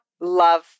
love